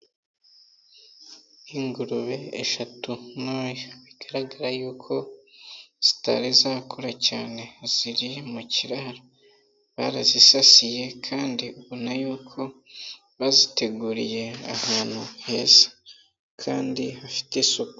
Ingurube eshatu ntoya, bigaragara yuko zitari zakura cyane, ziri mu kiraro, barazisasiye kandi ubona y'uko baziteguriye ahantu heza kandi hafite isuku.